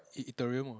E Ethereum (one)